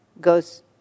goes